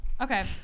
Okay